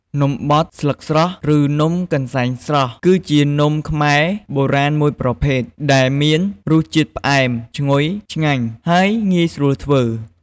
នំបត់ស្លឹកស្រស់ ឬនំកន្សែងស្រស់ គឺជានំខ្មែរបុរាណមួយប្រភេទដែលមានរសជាតិផ្អែម ឈ្ងុយ ឆ្ងាញ់ ហើយងាយស្រួលធ្វើ។